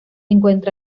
encuentra